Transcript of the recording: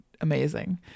amazing